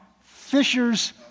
fishers